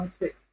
six